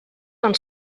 van